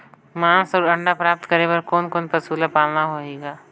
मांस अउ अंडा प्राप्त करे बर कोन कोन पशु ल पालना होही ग?